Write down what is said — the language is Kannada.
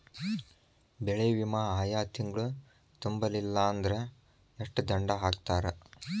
ಬೆಳೆ ವಿಮಾ ಆಯಾ ತಿಂಗ್ಳು ತುಂಬಲಿಲ್ಲಾಂದ್ರ ಎಷ್ಟ ದಂಡಾ ಹಾಕ್ತಾರ?